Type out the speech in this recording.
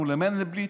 פנו למנדלבליט,